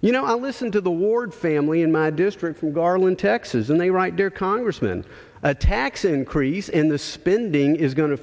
you know i listen to the ward family in my district in garland texas and they write their congressman a tax increase in the spending is go